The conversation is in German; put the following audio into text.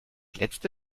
letzte